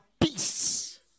peace